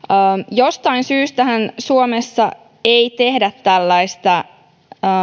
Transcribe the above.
jostain syystähän suomessa ei tehdä tällaista